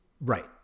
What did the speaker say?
Right